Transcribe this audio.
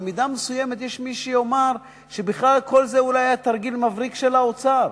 במידה מסוימת יש מי שיאמר שבכלל כל זה היה תרגיל מבריק של האוצר,